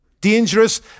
Dangerous